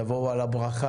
תבוא עליהם הברכה,